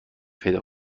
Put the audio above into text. پیدا